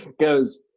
goes